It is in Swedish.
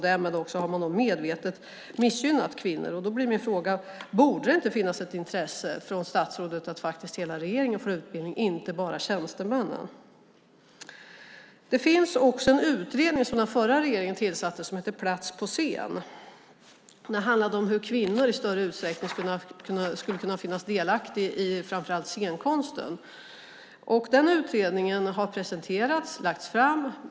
Därmed har man också medvetet missgynnat kvinnor. Då blir min fråga: Borde det inte finnas ett intresse från statsrådet att hela regeringen får utbildning, inte bara tjänstemännen? Det finns en utredning som den förra regeringen tillsatte som heter Plats på scen . Den handlar om hur kvinnor i större utsträckning skulle kunna vara delaktiga i framför allt scenkonsten. Utredningen har presenterats, lagts fram.